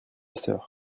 sœur